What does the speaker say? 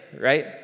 right